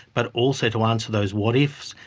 but also to answer those what ifs.